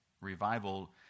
revival